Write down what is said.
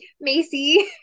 Macy